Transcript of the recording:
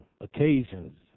occasions